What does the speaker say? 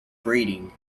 breeding